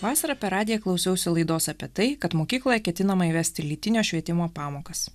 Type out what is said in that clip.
vasarą per radiją klausiausi laidos apie tai kad mokykloje ketinama įvesti lytinio švietimo pamokas